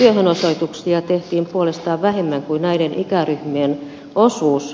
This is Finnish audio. työhönosoituksia tehtiin puolestaan vähemmän kuin näiden ikäryhmien osuus